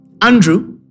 Andrew